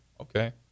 okay